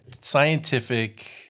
scientific